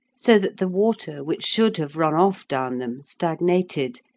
so that the water which should have run off down them stagnated,